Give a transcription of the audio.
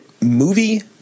movie